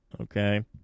Okay